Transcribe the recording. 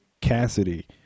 Cassidy